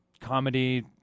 comedy